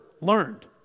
learned